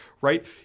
right